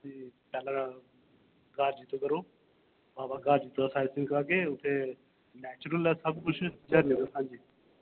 ते पैह्ला ग्हार जित्तो करो ग्हार जित्तो दे शैल दर्शन करागे उत्थै नैचरुल ऐ सब कुछ हांजी